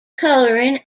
colouring